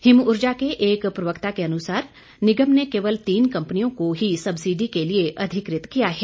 him ऊर्जा के एक प्रवक्ता के अनुसार निगम ने केवल तीन कंपनियों को ही सब्सिडी के लिए अधिकृत किया है